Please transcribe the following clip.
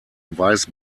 weiß